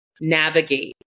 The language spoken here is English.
navigate